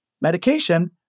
medication